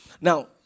now